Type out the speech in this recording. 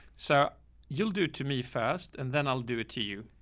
so you'll do to me fast and then i'll do it to you.